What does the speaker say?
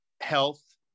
health